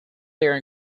their